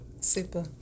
Super